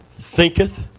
thinketh